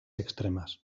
extremas